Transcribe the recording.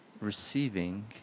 receiving